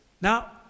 Now